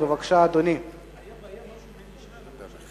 בעד, 9, נגד, אין, נמנע,